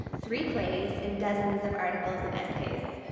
three plays and dozens of articles and essays.